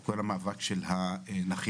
עת התקיים מאבק הנכים,